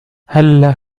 هلّا